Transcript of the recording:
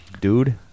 dude